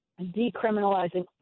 decriminalizing